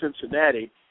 Cincinnati